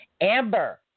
Amber